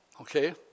okay